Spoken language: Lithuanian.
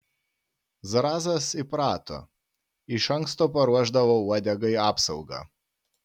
zrazas įprato iš anksto paruošdavo uodegai apsaugą